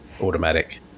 automatic